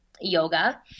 Yoga